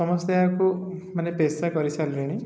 ସମସ୍ତେ ଏହାକୁ ମାନେ ପେସା କରିସାରିଲେଣି